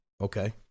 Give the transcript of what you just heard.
Okay